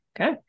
Okay